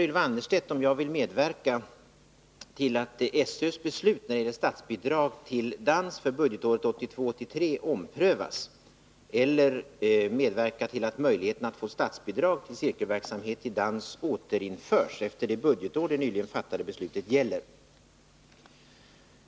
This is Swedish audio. Ylva Annerstedt frågar om jag vill medverka till att SÖ:s beslut när det gäller statsbidrag till dans för budgetåret 1982/83 omprövas eller medverka till att möjligheten att få statsbidrag till cirkelverksamhet vid dans återinförs efter det budgetår det nyligen fattade beslutet gäller.